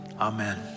Amen